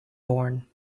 born